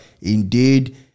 indeed